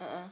uh uh